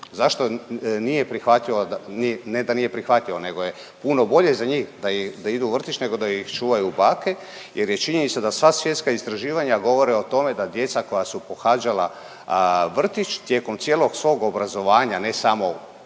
zašto nije prihvatljivo da, ne da nije prihvatljivo nego je puno bolje za njih da, da idu u vrtić nego da ih čuvaju bake jer je činjenica da sva svjetska istraživanja govore o tome da djeca koja su pohađala vrtić tijekom cijelog svog obrazovanja, ne samo početkom